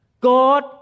God